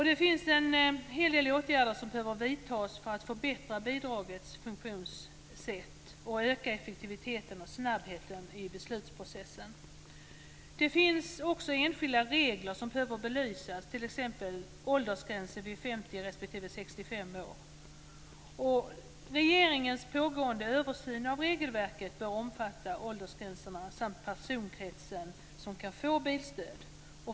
Det finns en hel del åtgärder som behöver vidtas för att förbättra bidragets funktionssätt och öka effektiviteten och snabbheten i beslutsprocessen. Det finns också enskilda regler som behöver belysas, t.ex. åldersgränserna vid 50 respektive 65 år. Regeringens pågående översyn av regelverket bör omfatta åldersgränserna samt personkretsen, som kan få bilstöd.